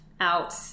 out